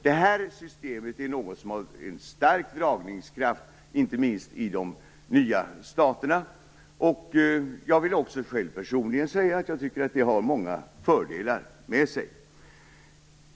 Detta system har en stark dragningskraft inte minst i de nya staterna. Jag vill också personligen säga att jag tycker att det har många fördelar.